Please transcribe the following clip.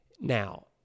Now